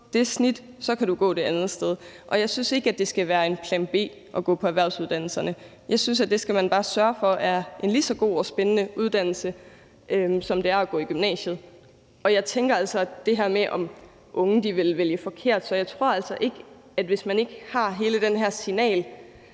det snit, kan du gå et andet sted. Jeg synes ikke, at det skal være en plan B at gå på en erhvervsuddannelse. Jeg synes bare, at man skal sørge for, at det er en lige så god og spændende uddannelse som gymnasiet, og i forhold til det her med, at unge vælger forkert, tror jeg altså, at hvis man ikke sender alle de her signaler